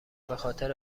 بخاطر